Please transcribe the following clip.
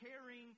caring